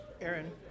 Aaron